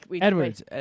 Edwards